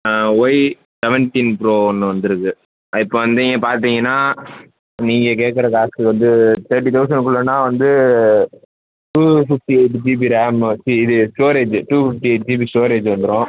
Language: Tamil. ஒய் செவண்ட்டீன் ப்ரோ ஒன்று வந்துருக்குது இப்போ வந்து நீங்கள் பார்த்தீங்கன்னா நீங்கள் கேட்கற காசுக்கு வந்து தேர்ட்டி தௌசண்ட்குள்ளேன்னா வந்து two fifty eight GB RAM வைச்சு இது storage two fifty eight GB storage வந்துடும்